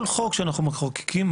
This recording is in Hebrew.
כל חוק שאנחנו מחוקקים,